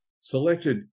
Selected